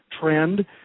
trend